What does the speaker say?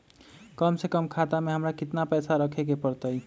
कम से कम खाता में हमरा कितना पैसा रखे के परतई?